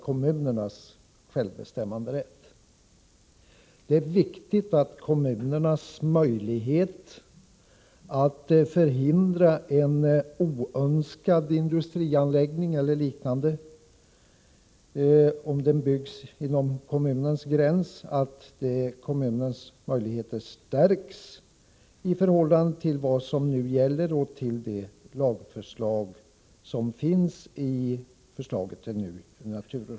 Det är också viktigt att kommunernas möjligheter att förhindra att en oönskad industrianläggning eller liknande byggs inom kommunens gränser stärks i förhållande till vad som nu gäller.